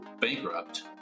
bankrupt